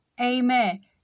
Amen